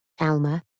Alma